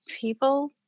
people